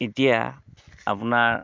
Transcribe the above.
এতিয়া আপোনাৰ